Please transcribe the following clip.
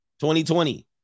2020